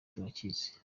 turakizi